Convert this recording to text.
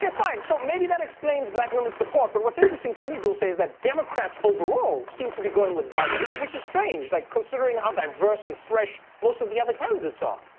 fine. so maybe that explains black women support. but what's interesting to me, dulce, is that democrats overall seem to be going with biden, which which is strange, like, considering how diverse and fresh most of the other candidates are.